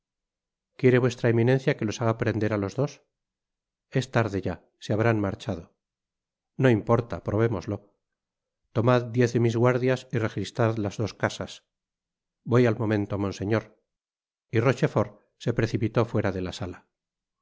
quiere vuestra eminencia que los haga prender a los dos es tarde ya se habrán marchado no importa probémoslo tomad diez de mis guardias y registrad las dos casas voy al momento monseñor y rochefort se precipitó fuera de la sala